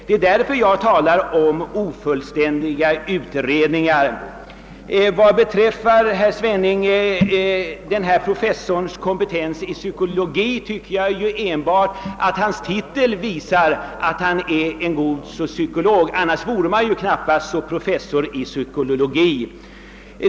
Det är därför jag talar om ofullständiga utredningar. Vad beträffar, herr Svenning, den förutnämnde professorns kompetens i psykologi så tycker jag att enbart hans titel visar att han är en kompetent psykolog, ty annars vore han ju knappast professor i psykologi.